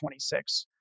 26